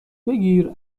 بگیر